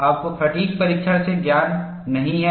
आपको फ़ैटिग् परीक्षण से ज्ञान नहीं है